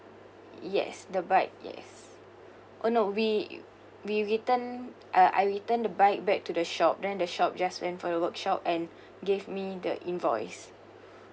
yes the bike yes oh no we we return I I return the bike back to the shop then the shop just went for the workshop and gave me the invoice